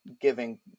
giving